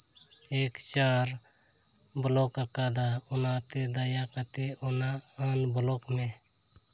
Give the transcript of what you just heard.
ᱮᱠ ᱪᱟᱨ ᱵᱞᱚᱠ ᱟᱠᱟᱫᱟ ᱚᱱᱟᱛᱮ ᱫᱟᱭᱟ ᱠᱟᱛᱮᱫ ᱚᱱᱟ ᱟᱱᱵᱞᱚᱠ ᱢᱮ